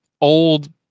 old